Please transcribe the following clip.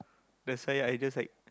that's why I just like